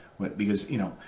because, you know,